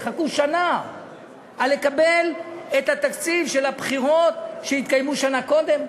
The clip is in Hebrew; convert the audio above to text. יחכו שנה לקבל את התקציב של הבחירות שהתקיימו שנה קודם?